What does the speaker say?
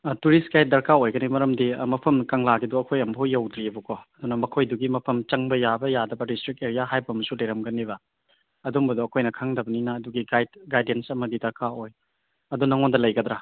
ꯑꯥ tourist guide ꯗꯔꯀꯥꯔ ꯑꯣꯏꯒꯅꯤ ꯃꯔꯝꯗꯤ ꯃꯐꯝ ꯀꯪꯂꯥꯒꯤꯗꯣ ꯑꯩꯈꯣꯏ ꯑꯃꯨꯛꯐꯥꯎ ꯌꯧꯗ꯭ꯔꯤꯕꯀꯣ ꯑꯗꯨꯅ ꯃꯈꯣꯏꯗꯨꯒꯤ ꯃꯐꯝ ꯆꯪꯕ ꯌꯥꯕ ꯌꯥꯗꯕ ꯔꯦꯁꯇ꯭ꯔꯤꯛ ꯑꯦꯔꯤꯌꯥ ꯍꯥꯏꯕ ꯑꯃꯁꯨ ꯂꯩꯔꯝꯒꯅꯤꯕ ꯑꯗꯨꯝꯕꯗꯣ ꯑꯩꯈꯣꯏꯅ ꯈꯪꯗꯕꯅꯤꯅ ꯑꯗꯨꯒꯤ ꯒꯥꯏꯗ ꯒꯥꯏꯗꯦꯟꯁ ꯑꯃꯗꯤ ꯗꯔꯀꯥꯔ ꯑꯣꯏ ꯑꯗꯨ ꯅꯉꯣꯟꯗ ꯂꯩꯒꯗ꯭ꯔꯥ